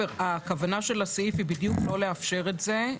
הכוונה של הסעיף היא בדיוק לא לאפשר את זה.